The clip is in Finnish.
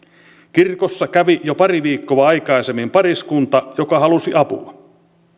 kirkossa kävi jo pari viikkoa aikaisemmin pariskunta joka halusi apua